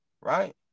right